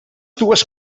dues